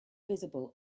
visible